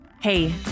Hey